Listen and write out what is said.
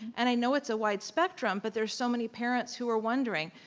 and i know it's a wide spectrum, but there's so many parents who are wondering.